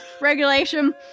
Regulation